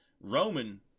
Roman